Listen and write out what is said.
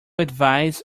advise